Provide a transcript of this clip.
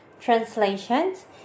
Translations